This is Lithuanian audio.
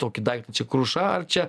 tokį daiktą čia kruša ar čia